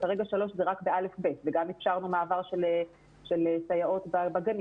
כרגע שלוש זה רק מ-א'-ב', ומעבר של סייעות בגנים.